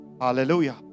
Hallelujah